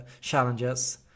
challenges